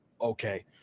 Okay